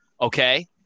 Okay